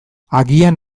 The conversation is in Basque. agian